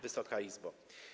Wysoka Izbo!